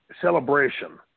celebration